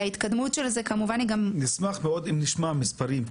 וההתקדמות של זה כמובן --- נשמח מאוד אם נשמע מספרים.